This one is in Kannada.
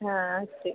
ಹಾಂ ಅಷ್ಟೆ